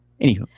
Anywho